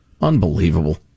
Unbelievable